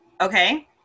Okay